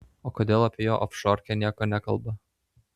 o kodėl apie jo ofšorkę nieko nekalba